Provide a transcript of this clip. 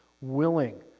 willing